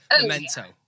memento